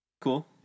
Cool